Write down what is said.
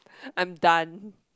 I am done